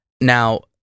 Now